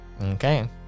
Okay